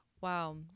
wow